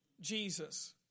Jesus